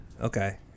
Okay